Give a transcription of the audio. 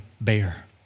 bear